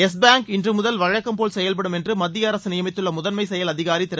radio Yes Bank இன்று முதல் வழக்கம்போல் செயல்படும் என்று மத்திய அரசு நியமித்துள்ள முதன்மை செயல் அதிகாரி திரு